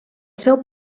seu